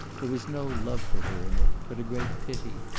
there was no love for her in it, but a great pity,